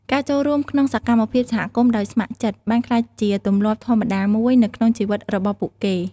ការចូលរួមក្នុងសកម្មភាពសហគមន៍ដោយស្ម័គ្រចិត្តបានក្លាយជាទម្លាប់ធម្មតាមួយនៅក្នុងជីវិតរបស់ពួកគេ។